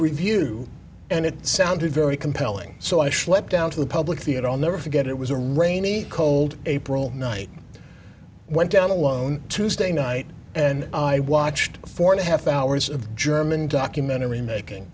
review and it sounded very compelling so i schlepped down to the public the it all never forget it was a rainy cold april night went down alone tuesday night and i watched four and a half hours of german documentary making